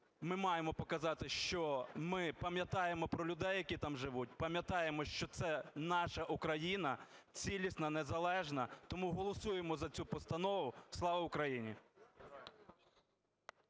ми маємо показати, що ми пам'ятаємо про людей, які там живуть, пам'ятаємо, що це наша Україна цілісна, незалежна, тому голосуємо за цю постанову. Слава Україні!